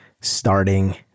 starting